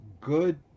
good